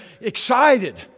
excited